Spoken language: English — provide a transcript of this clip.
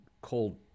cold